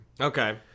Okay